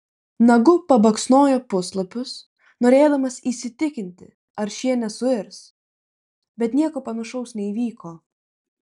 nagu pabaksnojo puslapius norėdamas įsitikinti ar šie nesuirs bet nieko panašaus neįvyko